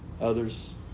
others